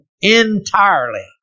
entirely